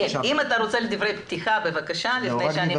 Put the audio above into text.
אם אלה דברי פתיחה אז בבקשה.